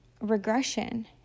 regression